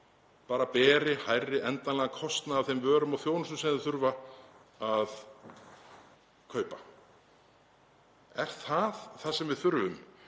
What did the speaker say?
beri hærri endanlegan kostnað af þeim vörum og þjónustu sem þau þurfa að kaupa. Er það það sem við þurfum